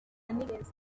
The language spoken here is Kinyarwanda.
nibeza